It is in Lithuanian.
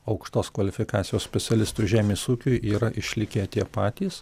aukštos kvalifikacijos specialistų žemės ūkiui yra išlikę tie patys